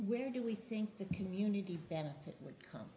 where do we think the community benefit